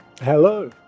Hello